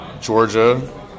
georgia